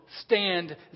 stand